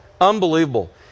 Unbelievable